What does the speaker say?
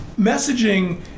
messaging